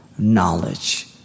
Knowledge